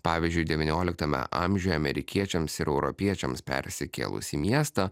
pavyzdžiui devynioliktame amžiuje amerikiečiams ir europiečiams persikėlus į miestą